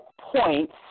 points